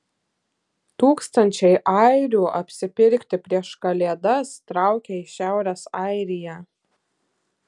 tūkstančiai airių apsipirkti prieš kalėdas traukia į šiaurės airiją